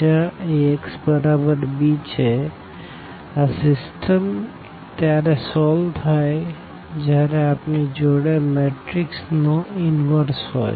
જ્યાં Ax બરાબર bછે આ સીસ્ટમ ત્યારે સોલ્વ થાય જયારે આપણી જોડે મેટ્રીક્સ નો ઇન્વર્સ હોઈ